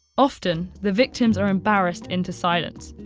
often, the victims are embarrassed into silence.